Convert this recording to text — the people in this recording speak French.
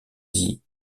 dit